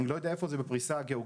אני לא יודע איפה זה בפריסה גיאוגרפית.